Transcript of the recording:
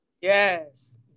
Yes